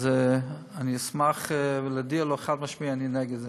אז אני אשמח להודיע לו חד-משמעית, אני נגד זה.